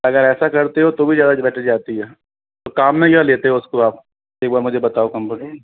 अगर ऐसा करते हो तो भी ज़्यादा बेटरी जाती है काम में क्या लेते हो उसको आप एक बार मुझे बताओ